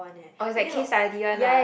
oh is like case study one lah